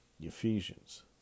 Ephesians